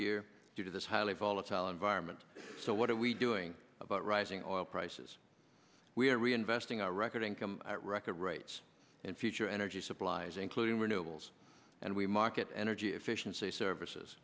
year due to this highly volatile environment so what are we doing about rising oil prices we are reinvesting our record income at record rates and future energy supplies including renewables and we market energy efficiency services